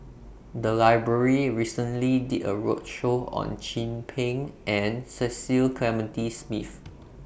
The Library recently did A roadshow on Chin Peng and Cecil Clementi Smith